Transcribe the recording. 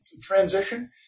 transition